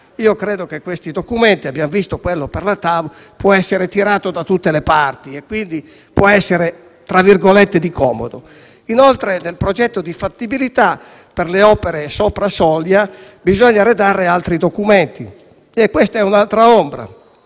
Io credo che questi documenti - abbiamo visto quello per la TAV - possano essere tirati da tutte le parti e quindi possano essere - per così dire - di comodo. Inoltre, del progetto di fattibilità per le opere sopra soglia bisogna redigere altri documenti - e questa è un'altra ombra